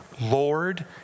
Lord